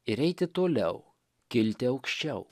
ir eiti toliau kilti aukščiau